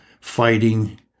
fighting